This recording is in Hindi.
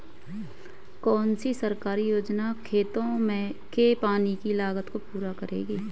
कौन सी सरकारी योजना खेतों के पानी की लागत को पूरा करेगी?